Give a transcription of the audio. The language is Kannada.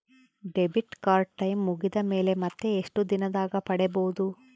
ಡೆಬಿಟ್ ಕಾರ್ಡ್ ಟೈಂ ಮುಗಿದ ಮೇಲೆ ಮತ್ತೆ ಎಷ್ಟು ದಿನದಾಗ ಪಡೇಬೋದು?